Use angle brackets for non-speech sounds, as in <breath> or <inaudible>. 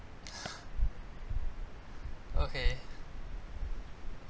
<breath> okay